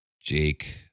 Jake